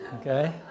Okay